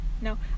No